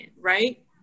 right